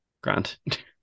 Grant